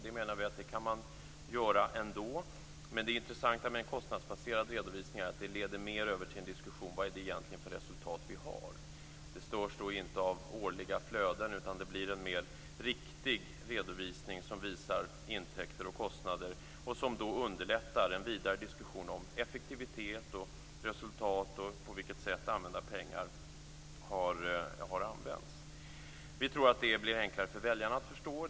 Det menar vi att man kan göra ändå. Det intressanta med en kostnadsbaserad redovisning är att den mer leder över till en diskussion om vilka resultat vi egentligen har. Det störs då inte av årliga flöden, utan det blir en mer riktig redovisning, som visar intäkter och kostnader och som underlättar en vidare diskussion om effektivitet, resultat och på vilket sätt pengarna har använts. Vi tror att det blir enklare för väljarna att förstå.